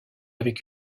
avec